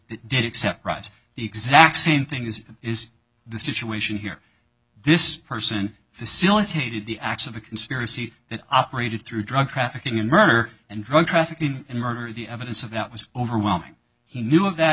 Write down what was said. did except the exact same thing as is the situation here this person facilitated the acts of a conspiracy that operated through drug trafficking and murder and drug trafficking and murder the evidence of that was overwhelming he knew of that